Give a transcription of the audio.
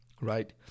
right